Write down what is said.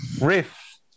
riff